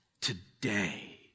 Today